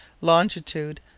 longitude